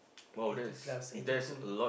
eighty plus eighty two